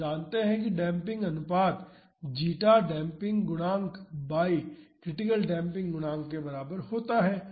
हम जानते हैं कि डेम्पिंग अनुपात जीटा डेम्पिंग गुणांक बाई क्रिटिकल डेम्पिंग गुणांक के बराबर है